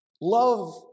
Love